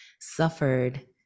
suffered